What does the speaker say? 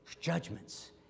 judgments